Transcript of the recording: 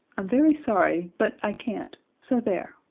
i'm very sorry but i can't so there!